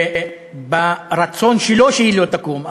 לא מרצון שהיא לא תקום,